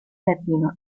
latino